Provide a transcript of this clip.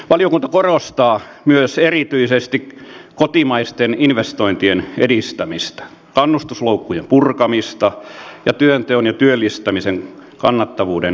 valiokunta korostaa myös erityisesti kotimaisten investointien edistämistä kannustusloukkujen purkamista ja työnteon ja työllistämisen kannattavuuden lisäämistä